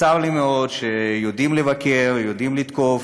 צר לי מאוד שיודעים לבקר ויודעים לתקוף,